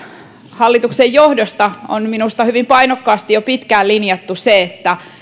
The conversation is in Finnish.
hallituksen johdosta on minusta hyvin painokkaasti jo pitkään linjattu että